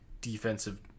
defensive